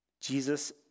Jesus